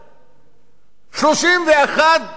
31% אבטלה,